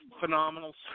phenomenal